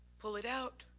pull it out.